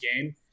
game